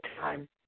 time